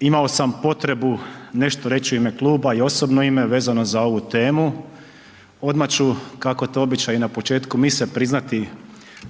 Imao sam potrebu nešto reći u ime kluba i osobno ime vezano za ovu temu, odmah ću kako je to običaj i na početku mise priznati